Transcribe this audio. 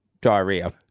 diarrhea